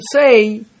say